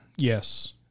Yes